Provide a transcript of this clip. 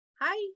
Hi